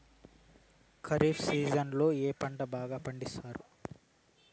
ఖరీఫ్ సీజన్లలో ఏ పంటలు బాగా పండిస్తారు